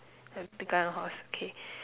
have a big guy on a horse okay